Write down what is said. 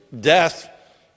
death